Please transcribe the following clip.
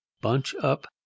bunch-up